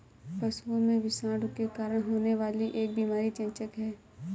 पशुओं में विषाणु के कारण होने वाली एक बीमारी चेचक है